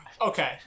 Okay